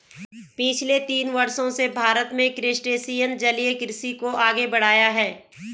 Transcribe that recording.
पिछले तीस वर्षों से भारत में क्रस्टेशियन जलीय कृषि को आगे बढ़ाया है